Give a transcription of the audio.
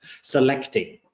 selecting